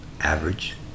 average